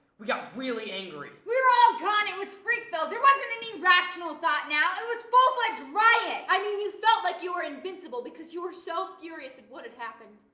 we got really angry. we were all gone, it was freak-ville. there wasn't any rational thought now. it was full fledged rioting. i mean you felt like you were invincible because you were so furious at what had happened.